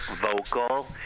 vocal